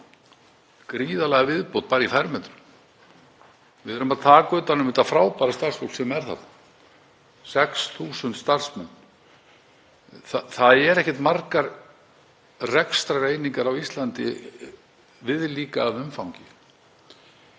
gríðarlega viðbót bara í fermetrum. Við erum að taka utan um það frábæra starfsfólk sem er þarna, 6.000 starfsmenn. Það eru ekki margar rekstrareiningar á Íslandi viðlíka að umfangi.